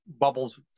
bubbles